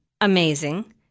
amazing